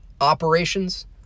operations